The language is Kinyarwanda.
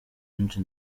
benshi